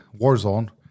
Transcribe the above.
Warzone